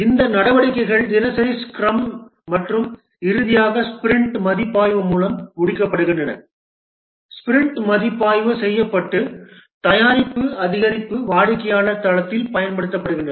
இந்த நடவடிக்கைகள் தினசரி ஸ்க்ரம் மற்றும் இறுதியாக ஸ்பிரிண்ட் மதிப்பாய்வு மூலம் முடிக்கப்படுகின்றன ஸ்பிரிண்ட் மதிப்பாய்வு செய்யப்பட்டு தயாரிப்பு அதிகரிப்பு வாடிக்கையாளர் தளத்தில் பயன்படுத்தப்படுகிறது